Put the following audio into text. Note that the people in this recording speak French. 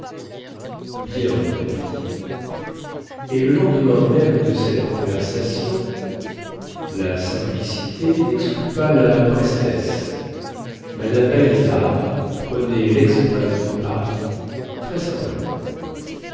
bien mon ami et le lendemain même de cette conversation la simplicité nexclut pas la prestesse mme balizard prenait lexpress de paris très simplement